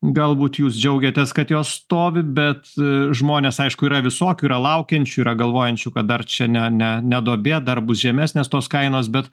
galbūt jūs džiaugiatės kad jos stovi bet žmonės aišku yra visokių yra laukiančių yra galvojančių kad dar čia ne ne ne duobė dar bus žemesnės tos kainos bet